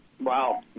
Wow